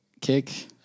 kick